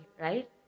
right